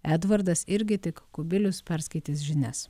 edvardas irgi tik kubilius perskaitys žinias